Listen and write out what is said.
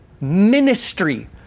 ministry